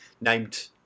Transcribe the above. named